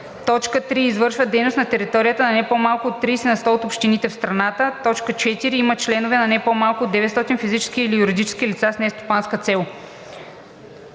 3. извършва дейност на територията на не по-малко от 30 на сто от общините в страната; 4. има членове не по-малко от 900 физически и/или юридически лица с нестопанска цел.“